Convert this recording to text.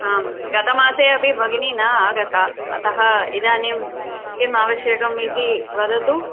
आं गतमासे अपि भगिनी न आगता अतः इदानीं किमावश्यकमिति वदतु